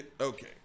okay